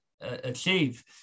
achieve